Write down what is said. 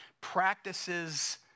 practices